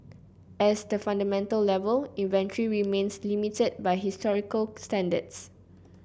as the fundamental level inventory remains limited by historical standards